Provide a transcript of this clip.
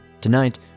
Tonight